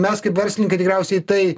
mes kaip verslininkai tikriausiai į tai